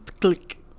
click